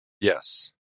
Yes